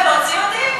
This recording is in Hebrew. פה זה לא ילך לך,